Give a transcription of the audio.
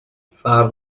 فرق